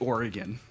Oregon